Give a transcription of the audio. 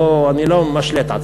אני לא משלה את עצמי.